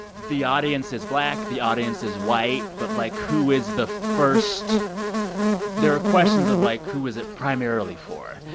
the audience is black. the audience is white. but like, who is the first there are questions of like, who is it primarily for?